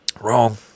Wrong